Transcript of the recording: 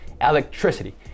electricity